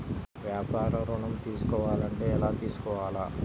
వ్యాపార ఋణం తీసుకోవాలంటే ఎలా తీసుకోవాలా?